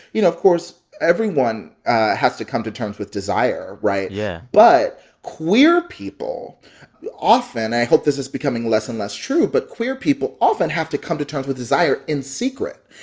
you know, of course everyone has to come to terms with desire, right? yeah but queer people often i hope this is becoming less and less true but queer people often have to come to terms with desire in secret.